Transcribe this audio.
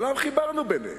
אבל אנחנו חיברנו ביניהם.